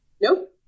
Nope